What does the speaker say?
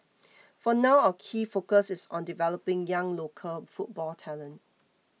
for now our key focus is on developing young local football talent